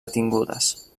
detingudes